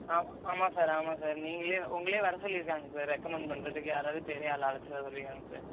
ஆ ஆமாம் சார் ஆமாம் சார் நீங்களே உங்களை வர சொல்லியிருக்காங்க சார் ரெக்கமண்ட் பண்ணுறதுக்கு யாராவது பெரிய ஆளை அழைச்சிட்டு வர சொல்லியிருக்காங்க சார்